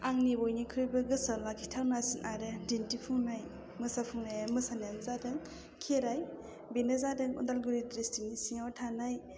आंनि बयनिख्रुइबो गोसोआव लाखिथावनासिन आरो दिन्थिफुंनाय मोसाफुंनायानो जादों खेराइ बेनो जादों उदालगुरि डिस्ट्रिकनि सिङाव थानाय